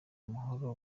amahoro